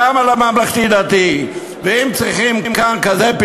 גם על הממלכתי-דתי,